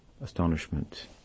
astonishment